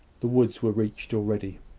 the woods were reached already.